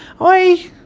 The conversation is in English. Oi